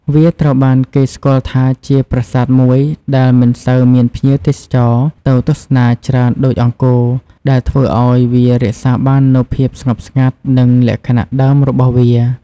វាត្រូវបានគេស្គាល់ថាជាប្រាសាទមួយដែលមិនសូវមានភ្ញៀវទេសចរទៅទស្សនាច្រើនដូចអង្គរ ដែលធ្វើឲ្យវារក្សាបាននូវភាពស្ងប់ស្ងាត់ និងលក្ខណៈដើមរបស់វា។